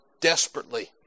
desperately